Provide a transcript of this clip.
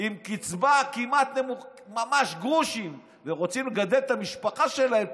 עם קצבה של ממש גרושים ורוצים לגדל את המשפחה שלהם,